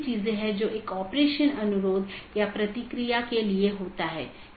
इसलिए एक multihome agent autonomous सिस्टमों के प्रतिबंधित सेट के लिए पारगमन कि तरह काम कर सकता है